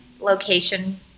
location